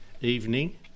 evening